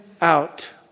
out